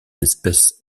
espèces